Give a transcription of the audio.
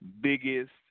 biggest